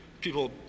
people